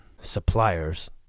suppliers